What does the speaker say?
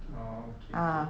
oh okay okay